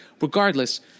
regardless